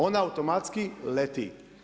Ona automatski leti.